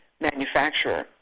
manufacturer